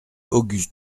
auguste